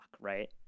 right